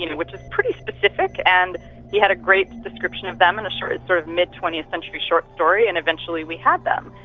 you know which is pretty specific, and he had a great description of them and a sort of mid twentieth century short story and eventually we had them.